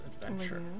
adventure